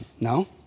No